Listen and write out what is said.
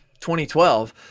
2012